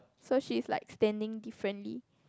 so she's like standing differently